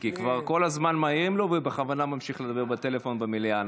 כי כבר כל הזמן מעירים לו והוא בכוונה ממשיך לדבר בטלפון במליאה,